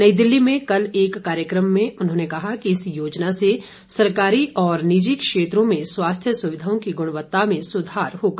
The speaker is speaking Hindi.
नई दिल्ली में कल एक कार्यक्रम में उन्होंने कहा कि इस योजना से सरकारी और निजी क्षेत्रों में स्वास्थ्य सुविधाओं की गुणवत्ता में सुधार होगा